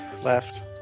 left